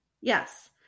Yes